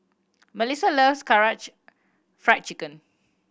Mellisa loves Karaage Fried Chicken